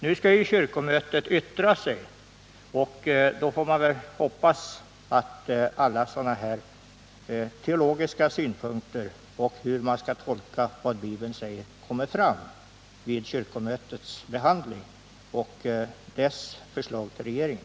Nu skall ju kyrkomötet yttra sig, och då får man väl hoppas att alla sådana här teologiska synpunkter och frågan om hur man skall tolka vad Bibeln säger kommer fram i samband med kyrkomötets behandling av frågan och i kyrkomötets förslag till regeringen.